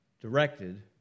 directed